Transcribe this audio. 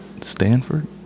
Stanford